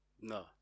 No